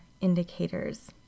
indicators